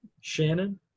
shannon